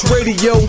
Radio